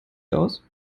aus